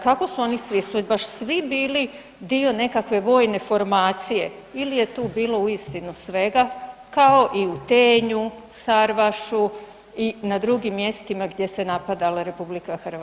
Kako su oni svi, jel su baš svi bili dio nekakve vojne formacije ili je tu bilo uistinu svega kao i Tenju, Sarvašu i na drugim mjestima gdje se napadala RH?